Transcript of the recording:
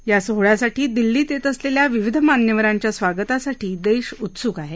या सोहळ्यासाठी दिल्लीत येत असलेल्या विविध मान्यवरांच्या स्वागतासाठी देश उत्सुक आहे